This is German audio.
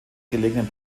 gelegenen